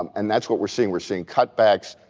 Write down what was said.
um and that's what we're seeing. we're seeing cutbacks.